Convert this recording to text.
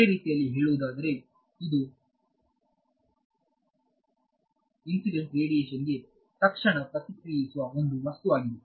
ಬೇರೆ ರೀತಿಯಲ್ಲಿ ಹೇಳುವುದಾದರೆ ಇದು ಇನ್ಸಿಡೆಂಟ್ ರೆಡ್ರೇಡಿಯೇಷನ್ ಗೆ ತಕ್ಷಣ ಪ್ರತಿಕ್ರಿಯಿಸುವ ಒಂದು ವಸ್ತುವಾಗಿದೆ